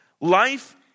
Life